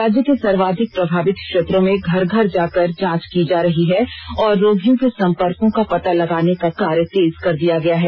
राज्य के सर्वाधिक प्रभावित क्षेत्रों में घर घर जाकर जांच की जा रही है और रोगियों के संपर्कों का पता लगाने का कार्य तेज कर दिया गया है